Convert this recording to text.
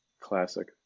Classic